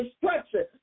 destruction